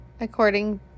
according